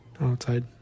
outside